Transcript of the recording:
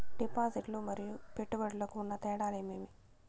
డిపాజిట్లు లు మరియు పెట్టుబడులకు ఉన్న తేడాలు ఏమేమీ?